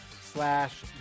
slash